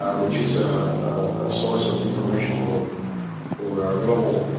ah which is a a source of information for for our global